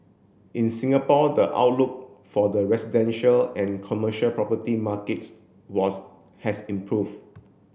in Singapore the outlook for the residential and commercial property markets was has improve